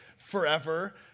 forever